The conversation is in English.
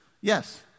yes